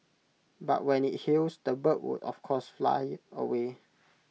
but when IT heals the bird would of course fly away